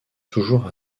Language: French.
toujours